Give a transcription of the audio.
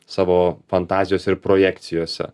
savo fantazijose ir projekcijose